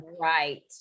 Right